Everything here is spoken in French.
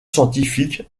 scientifique